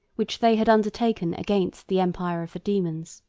which they had undertaken against the empire of the demons.